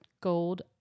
gold